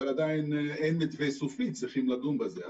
אבל עדיין אין מתווה סופי, צריכים לדון בזה.